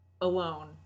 alone